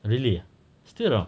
really ah still around